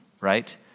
Right